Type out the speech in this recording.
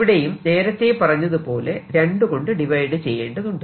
ഇവിടെയും നേരത്തെ പറഞ്ഞതുപോലെ രണ്ടു കൊണ്ട് ഡിവൈഡ് ചെയ്യേണ്ടതുണ്ട്